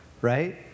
right